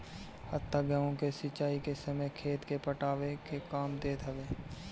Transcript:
हत्था गेंहू के सिंचाई के समय खेत के पटावे के काम देत हवे